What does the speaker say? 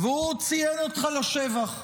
והוא ציין אותך לשבח.